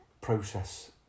process